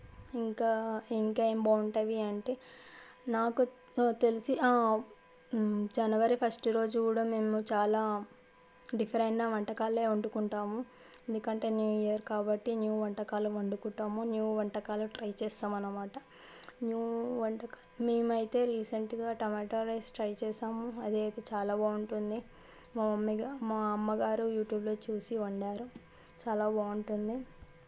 ఇంకా ఇంకా ఏం బాగుంటాయి అంటే నాకు తెలిసి జనవరి ఫస్ట్ రోజు కూడా మేము చాలా డిఫరెంట్ అయిన వంటకాలే వండుకుంటాము ఎందుకంటే న్యూ ఇయర్ కాబట్టి న్యూ వంటకాలు వండుకుంటాము న్యూ వంటకాలు ట్రై చేస్తాము అన్నమాట న్యూ వంటకాలు మేము అయితే రీసెంట్గా టమాటా రైస్ ట్రై చేసాము అదే అయితే చాలా బాగుంటుంది మా మమ్మీగా మా అమ్మగారు యూట్యూబ్లో చూసి వండారు చాలా బాగుంటుంది